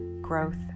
growth